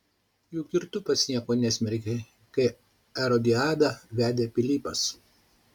juk ir tu pats nieko nesmerkei kai erodiadą vedė pilypas